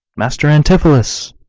master antipholus!